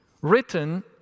written